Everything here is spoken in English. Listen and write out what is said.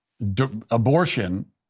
abortion